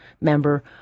member